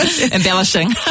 embellishing